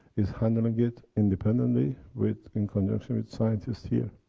is handling it independently with, in conjunction with, scientists here.